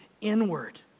inward